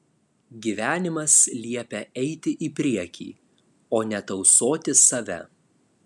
gyvenimas liepia eiti į priekį o ne tausoti save